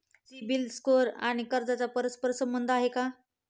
CIBIL score आणि कर्जाचा परस्पर संबंध आहे का?